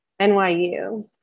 NYU